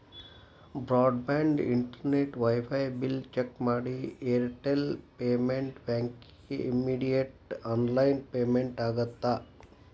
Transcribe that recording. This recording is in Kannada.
broad band internet wifi bill check ಮಾಡಿ ಏರ್ಟೆಲ್ ಪೇಮೆಂಟ್ ಬ್ಯಾಂಕಿಗಿ ಇಮ್ಮಿಡಿಯೇಟ್ ಆನ್ಲೈನ್ ಪೇಮೆಂಟ್ ಆಗತ್ತಾ